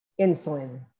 insulin